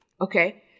Okay